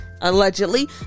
allegedly